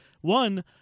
One